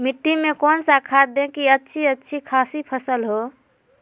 मिट्टी में कौन सा खाद दे की अच्छी अच्छी खासी फसल हो?